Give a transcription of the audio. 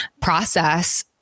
process